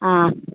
ꯑꯥ